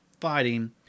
fighting